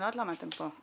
אני לא יודעת למה אתם פה.